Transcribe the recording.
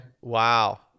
Wow